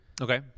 okay